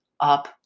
up